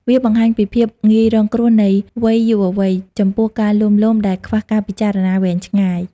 វាបង្ហាញពីភាពងាយរងគ្រោះនៃវ័យយុវវ័យ ចំពោះការលួងលោមដែលខ្វះការពិចារណាវែងឆ្ងាយ។